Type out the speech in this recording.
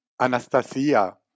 Anastasia